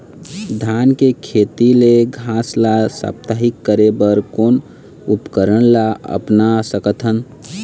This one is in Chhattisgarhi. धान के खेत ले घास ला साप्ताहिक करे बर कोन उपकरण ला अपना सकथन?